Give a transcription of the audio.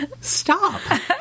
Stop